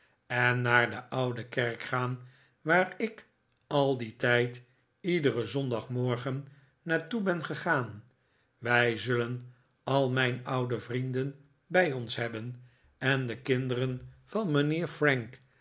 en naar de oude kerk gaan waar ik al dien tijd iederen zondagmorgen naar toe ben gegaan wij zullen al mijn oude vrienden bij ons hebben en de kinderen van mijnheer frank